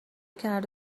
کرد